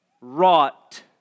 wrought